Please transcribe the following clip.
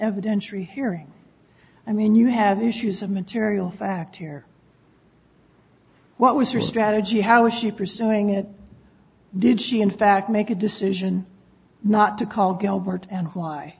evidentiary hearing i mean you have issues of material fact here what was your strategy how was she pursuing it did she in fact make a decision not to call gilbert and why